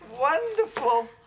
wonderful